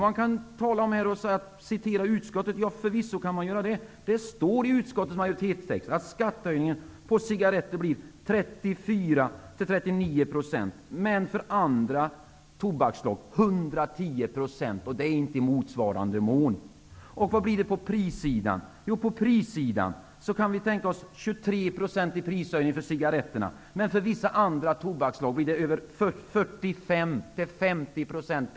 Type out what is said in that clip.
Man kan förvisso citera utskottet, och det står i utskottsmajoritetens text att skattehöjningen på cigaretter blir 34--39 % men för andra tobaksslag 110 %. Det är inte ''i motsvarande mån''. Vad blir det på prissidan? Jo, man kan tänka sig 23 % i prishöjning för cigaretterna men för vissa andra tobaksslag 45--50 %.